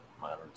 Modern